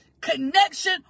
connection